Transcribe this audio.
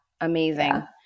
Amazing